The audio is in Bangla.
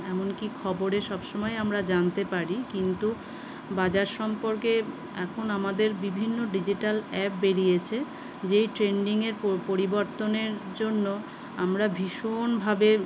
এমনকি খবরে সবসময় আমরা জানতে পারি কিন্তু বাজার সম্পর্কে এখন আমাদের বিভিন্ন ডিজিটাল অ্যাপ বেরিয়েছে যেই ট্রেণ্ডিংয়ের পো পরিবর্তনের জন্য আমরা ভীষণভাবে